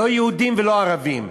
לא יהודים ולא ערבים,